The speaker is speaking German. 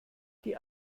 die